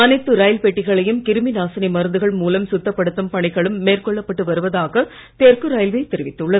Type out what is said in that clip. அனைத்து ரயில் பெட்டிகளையும் கிருமி நாசினி மருந்துகள் மூலம் சுத்தப்படுத்தும் பணிகளும் மேற்கொள்ளப்பட்டு வருவதாக தெற்கு ரயில்வே தெரிவித்துள்ளது